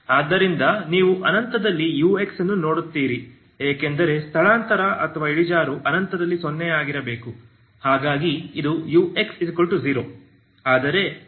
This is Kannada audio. ಆದ್ದರಿಂದ ನೀವು ಅನಂತದಲ್ಲಿ ux ಅನ್ನು ನೋಡುತ್ತೀರಿ ಏಕೆಂದರೆ ಸ್ಥಳಾಂತರ ಅಥವಾ ಇಳಿಜಾರು ಅನಂತದಲ್ಲಿ 0 ಆಗಿರಬೇಕು ಹಾಗಾಗಿ ಇದು ux0